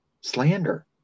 slander